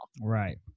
Right